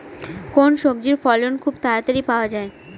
কোন সবজির ফলন খুব তাড়াতাড়ি পাওয়া যায়?